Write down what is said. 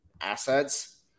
assets